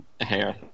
hair